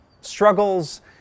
struggles